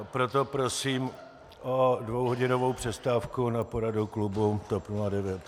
Proto prosím o dvouhodinovou přestávku na poradu klubu TOP 09.